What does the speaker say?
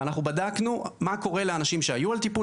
ואנחנו בדקנו מה קורה לאנשים שהיו על טיפול